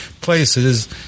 places